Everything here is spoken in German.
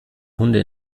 hunde